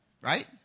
Right